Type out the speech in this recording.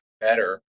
better